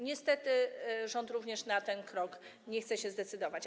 Niestety rząd również na ten krok nie chce się zdecydować.